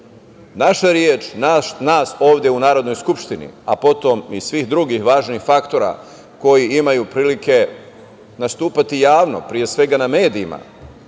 reč nas ovde u Narodnoj skupštini, a potom i svih drugih važnih faktora koji imaju prilike nastupati javno, pre svega na medijima,